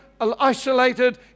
isolated